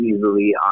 easily